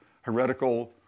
heretical